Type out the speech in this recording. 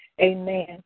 Amen